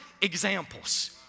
examples